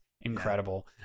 incredible